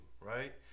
right